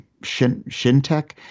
shintech